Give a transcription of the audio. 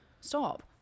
Stop